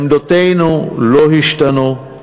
עמדותינו לא השתנו,